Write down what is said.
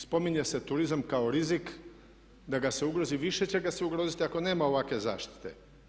Spominje se turizam kao rizik da ga se ugrozi, više će ga se ugroziti ako nema ovakve zaštite.